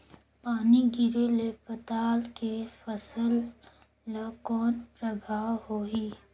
पानी गिरे ले पताल के फसल ल कौन प्रभाव होही?